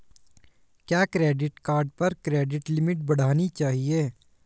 क्या credit card पर credit limit बढ़ानी चाहिए?